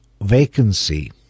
vacancy